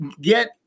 get